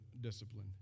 discipline